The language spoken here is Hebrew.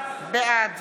בעד